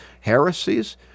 heresies